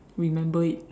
remember it